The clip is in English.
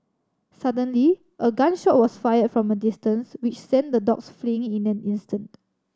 suddenly a gun shot was fired from a distance which sent the dogs fleeing in an instant